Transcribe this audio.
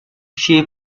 she